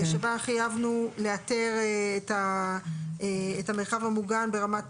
שבה חייבנו לאתר את המרחב המוגן ברמת